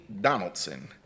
Donaldson